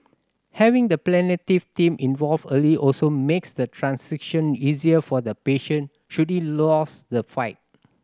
having the palliative team involved early also makes the transition easier for the patient should he lose the fight